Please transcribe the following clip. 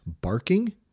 barking